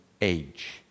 age